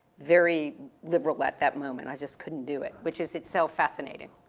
very liberal at that moment. i just couldn't do it. which is, it's so fascinating.